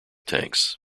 tanks